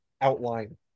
outline